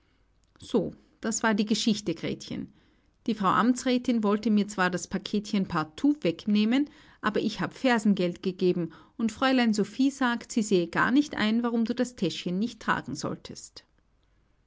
so das war die geschichte gretchen die frau amtsrätin wollte mir zwar das paketchen partout wegnehmen aber ich hab fersengeld gegeben und fräulein sophie sagt sie sähe gar nicht ein warum du das täschchen nicht tragen solltest